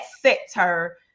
sector